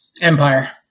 Empire